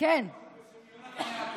יונתן יעקובוביץ'